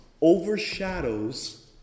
overshadows